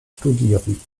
studieren